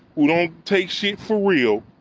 we don't take shit for real.